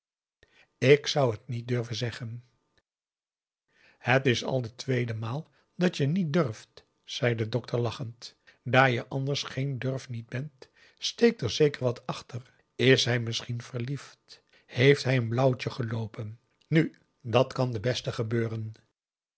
ik zou het niet durven zeggen p a daum de van der lindens c s onder ps maurits het is al de tweede maal dat je niet durft zei de dokter lachend daar je anders geen durf niet bent steekt er zeker wat achter is hij misschien verliefd heeft hij een blauwtje geloopen nu dat kan de beste gebeuren